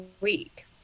week